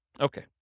Okay